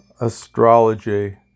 astrology